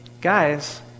guys